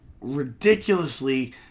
ridiculously